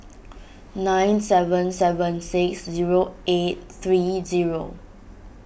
nine seven seven six zero eight three zero